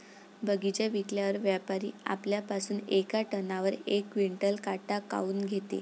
बगीचा विकल्यावर व्यापारी आपल्या पासुन येका टनावर यक क्विंटल काट काऊन घेते?